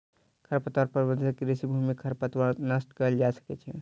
खरपतवार प्रबंधन सँ कृषि भूमि में खरपतवार नष्ट कएल जा सकै छै